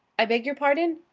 i beg your pardon?